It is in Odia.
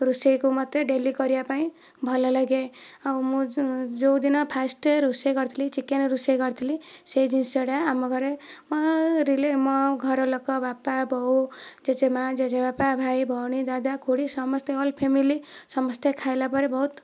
ରୋଷେଇକୁ ମୋତେ ଡେଲି କରିବା ପାଇଁ ଭଲ ଲାଗେ ଆଉ ମୁଁ ଯେଉଁ ଦିନ ଫାଷ୍ଟ ଡେ ରୋଷେଇ କରିଥିଲି ଚିକେନ ରୋଷେଇ କରିଥିଲି ସେହି ଜିନିଷଟା ଆମ ଘରେ ମୋ ଘର ଲୋକ ବାପା ବୋଉ ଜେଜେମା' ଜେଜେ ବାପା ଭାଇ ଭଉଣୀ ଦାଦା ଖୁଡ଼ି ସମସ୍ତେ ଅଲ୍ ଫାମିଲି ସମସ୍ତେ ଖାଇଲା ପରେ ବହୁତ